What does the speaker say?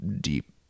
deep